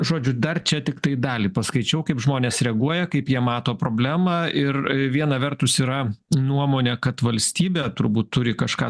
žodžiu dar čia tiktai dalį paskaičiau kaip žmonės reaguoja kaip jie mato problemą ir viena vertus yra nuomonė kad valstybė turbūt turi kažką